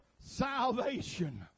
salvation